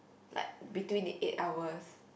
like between the eight hours